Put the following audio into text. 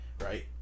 right